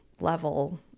level